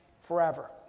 forever